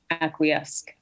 acquiesce